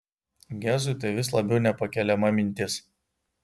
gezui tai vis labiau nepakeliama mintis